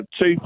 Two